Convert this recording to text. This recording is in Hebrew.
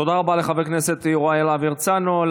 תודה רבה לחבר הכנסת יוראי להב הרצנו.